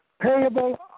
payable